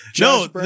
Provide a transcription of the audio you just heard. no